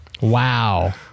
Wow